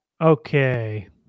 Okay